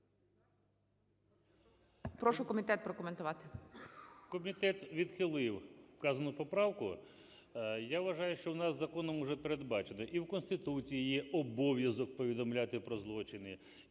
Прошу комітет прокоментувати.